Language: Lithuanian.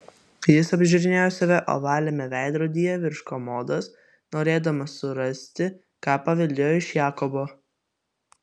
jis apžiūrinėjo save ovaliame veidrodyje virš komodos norėdamas surasti ką paveldėjo iš jakobo